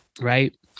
Right